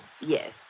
Yes